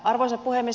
arvoisa puhemies